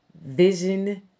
vision